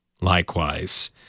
Likewise